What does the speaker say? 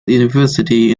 university